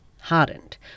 hardened